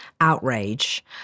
outrage